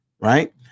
right